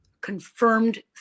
confirmed